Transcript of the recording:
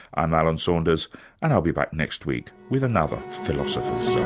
i'm alan saunders and i'll be back next week with another philosopher's